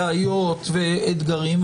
בעיות ואתגרים,